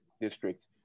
District